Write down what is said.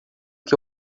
que